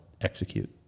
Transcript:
execute